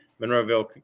Monroeville